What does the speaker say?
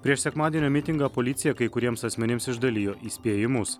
prieš sekmadienio mitingą policija kai kuriems asmenims išdalijo įspėjimus